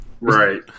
right